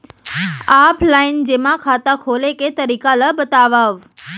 Offline जेमा खाता खोले के तरीका ल बतावव?